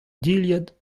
dilhad